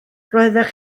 roeddech